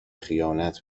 خیانت